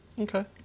Okay